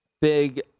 big